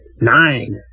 Nine